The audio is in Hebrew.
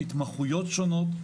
התמחויות שונות,